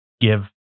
give